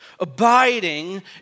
Abiding